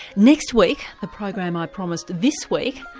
next week the program i promised this week,